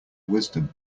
wisdom